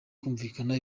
kumvikana